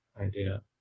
idea